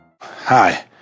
Hi